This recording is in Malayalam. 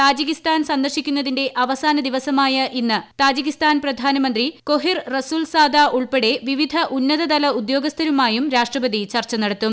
താജകിസ്ഥാൻ സന്ദർശിക്കുന്നതിന്റെ അവസാന ദിവസമായ ഇന്ന് താജകിസ്ഥാൻ പ്രധാനമന്ത്രി കൊഹിർ റസുൽസാദ ഉൾപ്പെടെ വിവിധ ഉന്നതല ഉദ്യോഗസ്ഥരുമായും രാഷ്ട്രപതി ചർച്ച നടത്തും